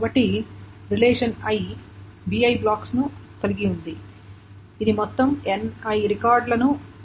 కాబట్టి relation i bi blocks ని కలిగిఉంది ఇది మొత్తం ni రికార్డ్లను కలిగి ఉంటుంది